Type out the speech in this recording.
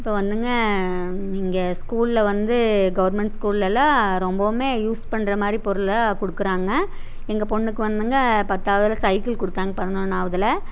இப்போ வந்துங்க இங்கே ஸ்கூலில் வந்து கவர்மெண்ட் ஸ்கூல்லலாம் ரொம்பவும் யூஸ் பண்ணுற மாதிரி பொருளை கொடுக்குறாங்க எங்கள் பொண்ணுக்கு வந்துங்க பத்தாவதில் சைக்கிள் கொடுத்தாங்க பதின்னொனாவதில்